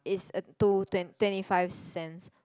is a two twen~ twenty five cents